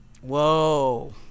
Whoa